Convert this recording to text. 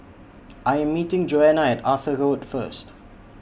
I Am meeting Joana At Arthur Road First